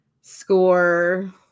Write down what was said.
score